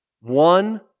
One